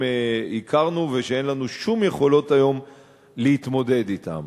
הכרנו ושאין לנו שום יכולות היום להתמודד אתם.